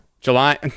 July